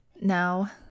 now